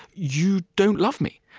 you don't love me.